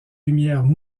lumière